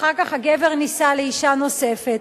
אחר כך הגבר נישא לאשה אחרת,